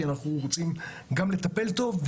כי אנחנו רוצים גם לטפל טוב,